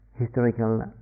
historical